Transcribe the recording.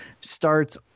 starts